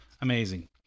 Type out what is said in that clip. amazing